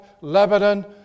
Lebanon